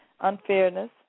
unfairness